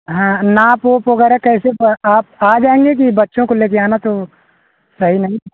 हाँ नाप वुप वगैरह कैसे आप आ जायेंगे कि बच्चों को ले जाना तो सही नहीं